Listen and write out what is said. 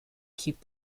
keep